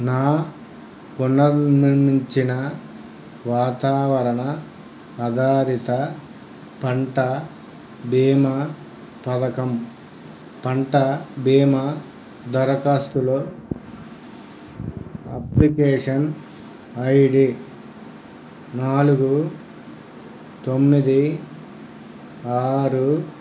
నా పునర్నిర్మించిన వాతావరణ ఆధారిత పంట బీమా పథకం పంట బీమా దరఖాస్తులో అప్లికేషన్ ఐడి నాలుగు తొమ్మిది ఆరు